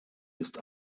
ist